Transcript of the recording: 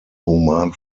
human